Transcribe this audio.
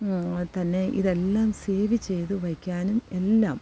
തന്നെ ഇതെല്ലാം സേവ് ചെയ്തു വെയ്ക്കാനും എല്ലാം